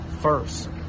first